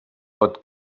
pot